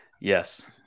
yes